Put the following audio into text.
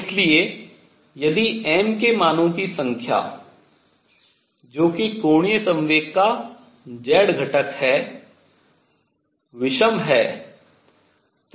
इसलिए यदि m के मानों की संख्या जो कि कोणीय संवेग का z घटक है विषम है